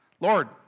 Lord